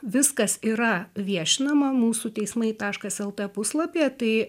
viskas yra viešinama mūsų teismai taškas lt puslapyje tai